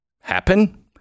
Happen